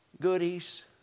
goodies